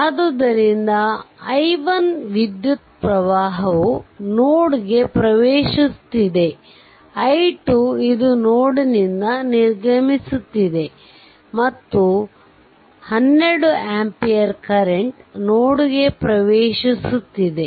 ಆದ್ದರಿಂದ i1 ವಿದ್ಯುತ್ ಪ್ರವಾಹವು ನೋಡ್ಗೆ ಪ್ರವೇಶಿಸುತ್ತಿದೆ i 2 ಇದು ನೋಡ್ ಯಿಂದ ನಿರ್ಗಮಿಸುತ್ತದೆ ಮತ್ತು 12 ಆಂಪಿಯರ್ ಕರೆಂಟ್ ನೋಡ್ಗೆ ಪ್ರವೇಶಿಸುತ್ತಿದೆ